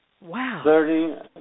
Wow